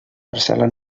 parcel·la